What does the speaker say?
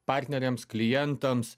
partneriams klientams